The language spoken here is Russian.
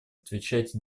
отвечать